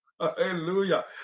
hallelujah